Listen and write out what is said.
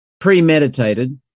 premeditated